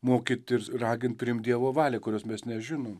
mokyt ir ragint priimt dievo valią kurios mes nežinom